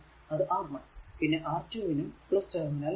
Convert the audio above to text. അത് R 1 പിന്നെ R 2 നും ടെർമിനൽ ആണ്